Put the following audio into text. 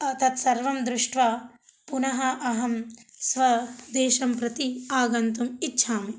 तत्सर्वं दृष्ट्वा पुनः अहं स्वदेशं प्रति आगन्तुं इच्छामि